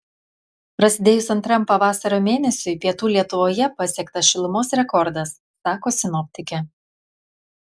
prasidėjus antram pavasario mėnesiui pietų lietuvoje pasiektas šilumos rekordas sako sinoptikė